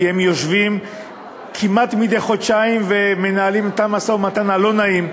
כי הם יושבים כמעט חודשיים ומנהלים אתם את המשא-ומתן הלא-נעים,